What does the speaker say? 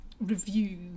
review